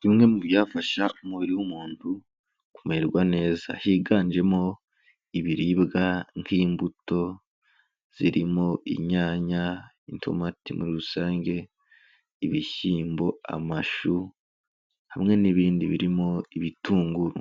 Bimwe mu byafasha umubiri w'umuntu kumererwa neza, higanjemo ibiribwa nk'imbuto zirimo inyanya, itomati muri rusange, ibishyimbo, amashu hamwe n'ibindi birimo ibitunguru.